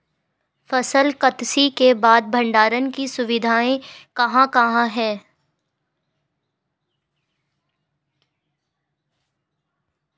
फसल कत्सी के बाद भंडारण की सुविधाएं कहाँ कहाँ हैं?